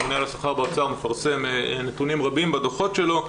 הממונה על השכר באוצר מפרסם נתונים רבים בדו"חות שלו,